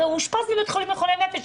הוא אושפז בבית חולים לחולי נפש,